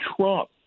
Trump